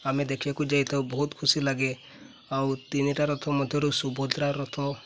ଆମେ ଦେଖିବାକୁ ଯାଇଥାଉ ବହୁତ ଖୁସି ଲାଗେ ଆଉ ତିନିଟା ରଥ ମଧ୍ୟରୁ ସୁଭଦ୍ରା ରଥ